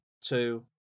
two